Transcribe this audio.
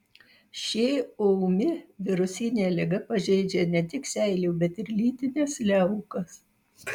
ši ūmi virusinė liga pažeidžia ne tik seilių bet ir lytines liaukas